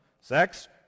sex